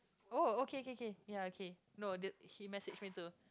oh okay K K ya okay no that she message me too